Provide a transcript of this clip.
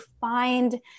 find